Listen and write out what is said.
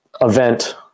event